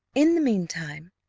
in the mean time,